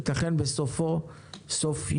ייתכן בסוף יולי.